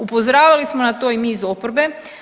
Upozoravali smo na to i mi iz oporbe.